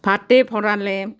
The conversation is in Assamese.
ভাতে ভৰাঁলে